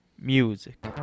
music